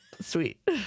sweet